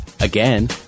Again